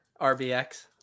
Rbx